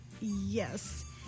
Yes